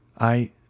I